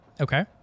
Okay